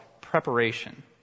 preparation